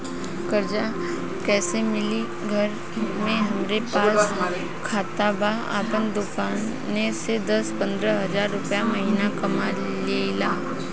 कर्जा कैसे मिली घर में हमरे पास खाता बा आपन दुकानसे दस पंद्रह हज़ार रुपया महीना कमा लीला?